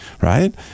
right